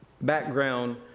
background